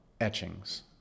etchings